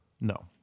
no